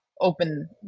open